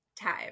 time